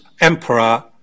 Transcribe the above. Emperor